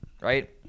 right